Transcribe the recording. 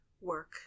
work